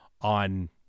on